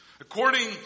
According